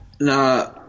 Nah